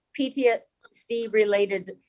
PTSD-related